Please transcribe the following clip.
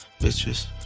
Bitches